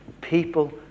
people